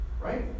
right